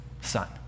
son